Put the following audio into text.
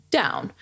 down